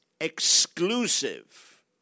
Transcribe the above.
exclusive